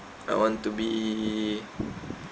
I want to be